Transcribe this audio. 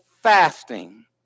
fasting